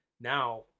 now